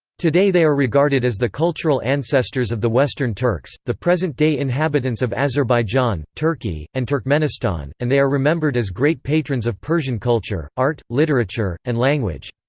today they are regarded as the cultural ancestors of the western turks, the present-day inhabitants of azerbaijan, turkey, and turkmenistan, and they are remembered as great patrons of persian culture, art, literature, and language.